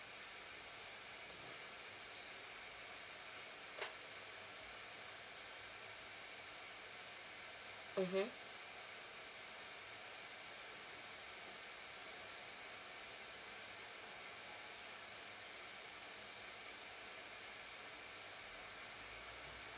mmhmm